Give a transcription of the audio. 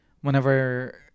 Whenever